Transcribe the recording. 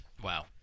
Wow